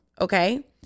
okay